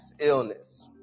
illness